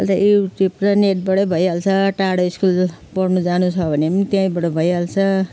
अहिले उयो चाहिँ पुरा नेटबाटै भइहाल्छ टाढो स्कुल पढ्नु जानु छ भने पनि त्यहीँबाट भइहाल्छ